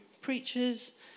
preachers